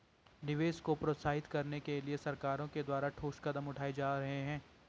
निवेश को प्रोत्साहित करने के लिए सरकारों के द्वारा ठोस कदम उठाए जा रहे हैं